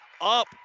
up